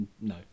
No